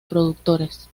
productores